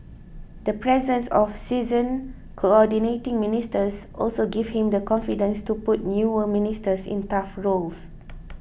the presence of seasoned Coordinating Ministers also gives him the confidence to put newer ministers in tough roles